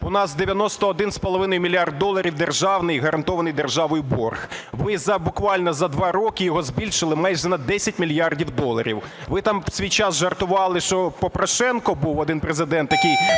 у нас 91,5 мільярда доларів державний, гарантований державою борг. Ви буквально за 2 роки його збільшили майже на 10 мільярдів доларів. Ви там в свій час жартували, що "попрошенко" був один президент, який